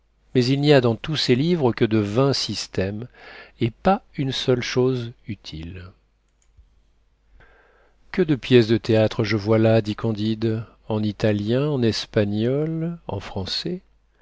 mais il n'y a dans tous ces livres que de vains systèmes et pas une seule chose utile que de pièces de théâtre je vois là dit candide en italien en espagnol en français